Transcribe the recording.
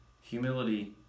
Humility